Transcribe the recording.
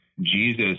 Jesus